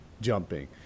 jumping